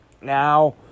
Now